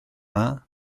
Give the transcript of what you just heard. dda